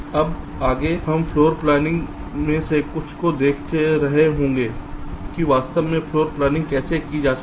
अब आगे हम फ्लोर प्लानिंग एल्गोरिदम में से कुछ को देख रहे हैं कि वास्तव में फ्लोर प्लानिंग कैसे की जा सकती है